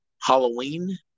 Halloween